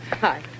Hi